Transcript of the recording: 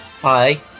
Hi